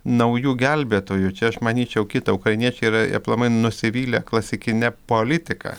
naujų gelbėtojų čia aš manyčiau kita ukrainiečiai yra aplamai nusivylę klasikine politika